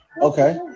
Okay